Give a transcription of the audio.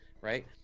right